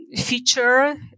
feature